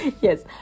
yes